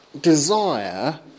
desire